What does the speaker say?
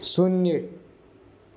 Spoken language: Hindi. शून्य